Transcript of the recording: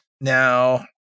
Now